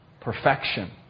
perfection